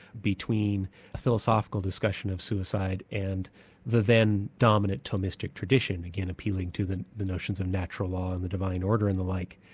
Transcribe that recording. between a philosophical discussion of suicide and the then dominant thomistic tradition, again appealing to the the notions of natural law and the divine order and the like.